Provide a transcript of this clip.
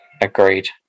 Agreed